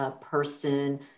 person